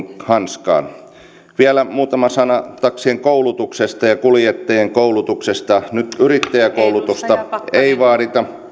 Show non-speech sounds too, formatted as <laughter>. hanskaan vielä muutama sana taksien koulutuksesta ja kuljettajien koulutuksesta nyt yrittäjäkoulutusta ei vaadita <unintelligible>